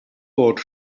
bod